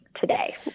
today